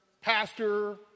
pastor